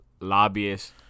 Lobbyists